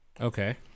Okay